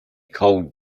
cold